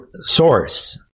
source